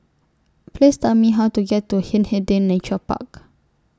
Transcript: Please Tell Me How to get to Hindhede Nature Park